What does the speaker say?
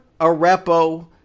Arepo